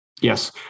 Yes